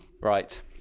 Right